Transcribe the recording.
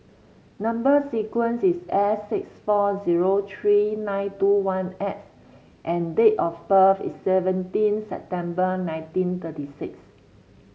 number sequence is S six four zero three nine two one X and date of birth is seventeen September nineteen thirty six